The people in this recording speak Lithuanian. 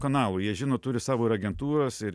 kanalų jie žino turi savo ir agentūras ir